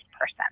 person